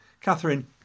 Catherine